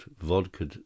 vodka